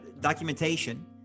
documentation